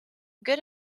good